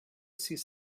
sis